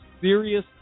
serious